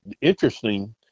interesting